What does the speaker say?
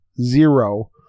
zero